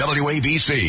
wabc